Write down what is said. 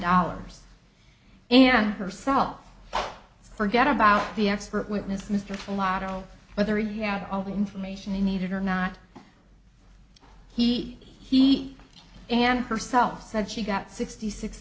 dollars and herself forget about the expert witness mr lotto whether you had all the information you needed or not he he and herself said she got sixty six